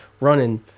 running